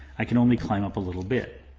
i can only climb up a little bit.